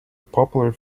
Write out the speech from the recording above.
popular